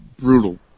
Brutal